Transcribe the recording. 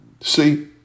See